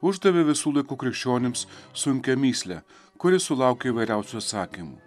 uždavė visų laikų krikščionims sunkią mįslę kuri sulaukia įvairiausių atsakymų